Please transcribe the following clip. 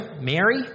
Mary